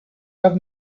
have